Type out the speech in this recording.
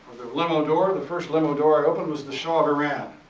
limo door, the first limo door i open was the shah of iran.